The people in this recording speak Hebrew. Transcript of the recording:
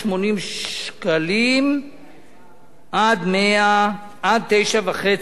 אנחנו מדברים על סכום שמ-180 שקלים עד 9.5 מיליון.